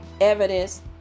evidence